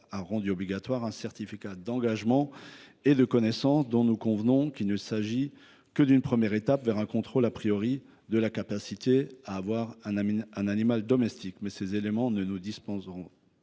a rendu obligatoire un certificat d’engagement et de connaissance dont nous convenons qu’il ne s’agit que d’une première étape vers un contrôle de la capacité à avoir un animal domestique. Mais ces éléments ne nous dispenseront